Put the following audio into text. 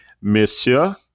monsieur